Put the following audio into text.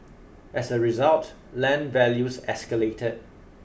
as a result land values escalated